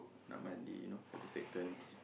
nak mandi you know have to take turns